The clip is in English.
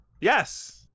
Yes